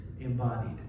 embodied